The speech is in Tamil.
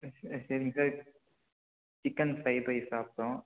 சரிங்க சார் சிக்கன் ஃப்ரைட் ரைஸ் சாப்பிட்டோம்